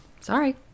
Sorry